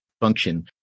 function